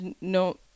No